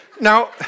Now